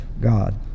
God